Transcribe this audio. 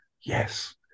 Yes